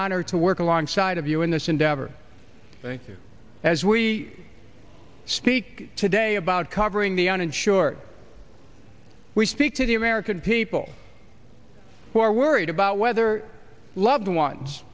honor to work alongside of you in this endeavor as we speak today about covering the uninsured we speak to the american people who are worried about whether loved ones